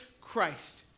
Christ